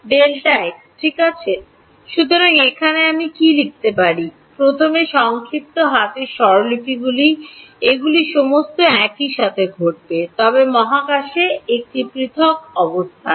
Δx ঠিক আছে সুতরাং এখানে আমি কি লিখতে হবে প্রথমে সংক্ষিপ্ত হাতের স্বরলিপিগুলিতে এগুলি সমস্ত একই সাথে ঘটবে তবে মহাকাশে একটি পৃথক অবস্থান